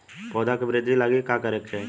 पौधों की वृद्धि के लागी का करे के चाहीं?